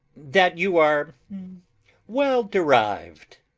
that you are well deriv'd.